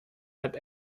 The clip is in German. halb